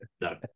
No